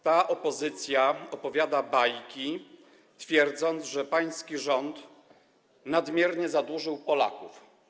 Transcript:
Ta opozycja opowiada bajki, twierdząc, że pański rząd nadmiernie zadłużył Polaków.